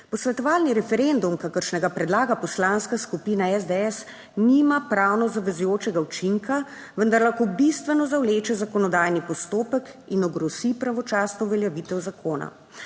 Posvetovalni referendum, kakršnega predlaga poslanska skupina SDS, nima pravno zavezujočega učinka, vendar lahko bistveno zavleče zakonodajni postopek in ogrozi pravočasno uveljavitev zakona.